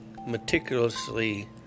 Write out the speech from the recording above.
meticulously